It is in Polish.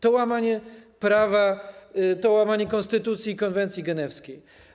To łamanie prawa, to łamanie konstytucji i konwencji genewskiej.